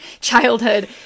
childhood